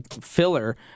filler